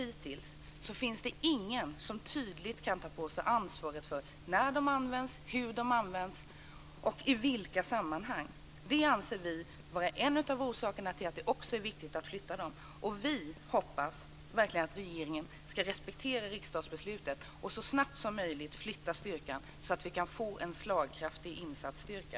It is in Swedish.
Hittills har ingen tydligt kunnat ta på sig ansvaret för när, hur och i vilka sammanhang styrkan har använts. Det anser vi vara en av orsakerna till att det också är viktigt att flytta styrkan. Vi hoppas verkligen att regeringen ska respektera riksdagsbeslutet och så snabbt som möjligt flytta styrkan, så att vi kan få en slagkraftig insatsstyrka.